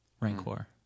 Rancor